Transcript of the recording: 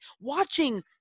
Watching